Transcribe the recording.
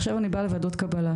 עכשיו אני באה לוועדות קבלה,